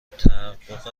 تحقق